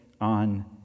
on